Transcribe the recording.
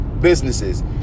Businesses